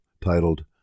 titled